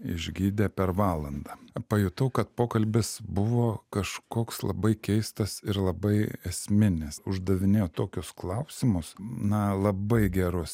išgydė per valandą pajutau kad pokalbis buvo kažkoks labai keistas ir labai esminis uždavinėjo tokius klausimus na labai gerus